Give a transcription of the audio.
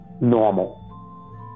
normal